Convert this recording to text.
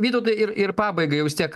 vytautai ir ir pabaigai jau vis tiek